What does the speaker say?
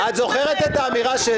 מיקי, מיקי --- אני ישבתי איתך ארבע שנים.